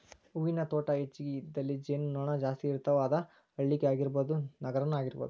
ಹೂವಿನ ತೋಟಾ ಹೆಚಗಿ ಇದ್ದಲ್ಲಿ ಜೇನು ನೊಣಾ ಜಾಸ್ತಿ ಇರ್ತಾವ, ಅದ ಹಳ್ಳಿ ಆಗಿರಬಹುದ ನಗರಾನು ಆಗಿರಬಹುದು